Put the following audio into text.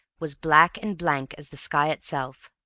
was black and blank as the sky itself.